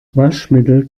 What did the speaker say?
waschmittel